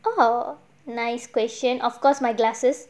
oh nice question of course my glasses